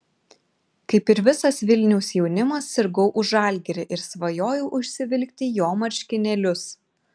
kaip ir visas vilniaus jaunimas sirgau už žalgirį ir svajojau užsivilkti jo marškinėlius